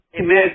Amen